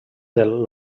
del